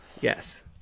Yes